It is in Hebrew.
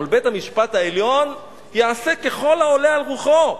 אבל בית-המשפט העליון יעשה ככל העולה על רוחו.